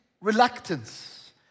reluctance